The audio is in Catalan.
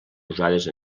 usades